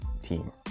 team